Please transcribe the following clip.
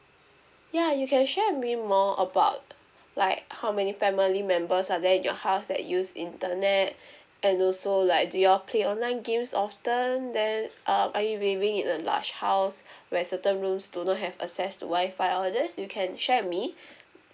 ya you can share with me more about like how many family members are there in your house that use internet and also like do y'all play online games often then uh are you living in a large house where certain rooms do not have access to wifi or others you can share with me